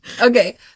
Okay